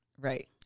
Right